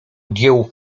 dziełu